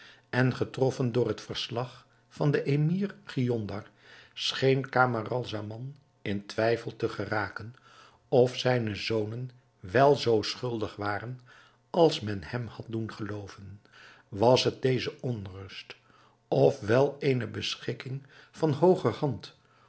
en getroffen door het verslag van den emir giondar scheen camaralzaman in twijfel te geraken of zijne zonen wel zoo schuldig waren als men hem had doen gelooven was het deze onrust of wel eene beschikking van